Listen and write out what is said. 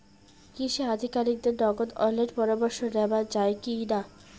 কৃষি আধিকারিকের নগদ অনলাইন পরামর্শ নেওয়া যায় কি না?